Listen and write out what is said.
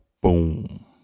Boom